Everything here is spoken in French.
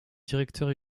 directeur